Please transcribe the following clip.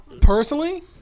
Personally